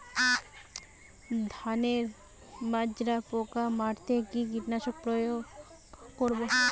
ধানের মাজরা পোকা মারতে কি কীটনাশক প্রয়োগ করব?